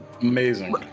Amazing